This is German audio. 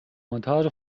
montage